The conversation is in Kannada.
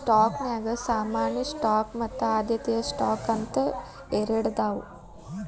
ಸ್ಟಾಕ್ನ್ಯಾಗ ಸಾಮಾನ್ಯ ಸ್ಟಾಕ್ ಮತ್ತ ಆದ್ಯತೆಯ ಸ್ಟಾಕ್ ಅಂತ ಎರಡದಾವ